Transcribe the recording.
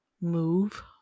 move